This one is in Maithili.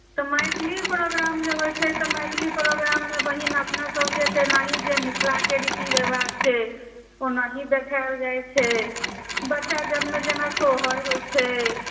तऽ मैथिली प्रोग्राम जब होइत छै तऽ मैथिली प्रोग्राममे बहिन अपनासभके तेनाही जे मिथिलाके रीति रिवाज छै ओनाही देखायल जाइत छै बच्चा जन्ममे जेना सोहर होइत छै